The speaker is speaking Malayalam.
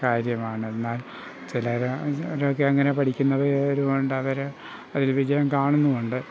കാര്യമാണ് എന്നാൽ ചിലർ ചിലരൊക്കെ അങ്ങനെ പഠിക്കുന്നത് ഇതുകൊണ്ട് അവർ അതിൽ വിജയം കാണുന്നുമുണ്ട്